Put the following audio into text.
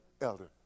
elder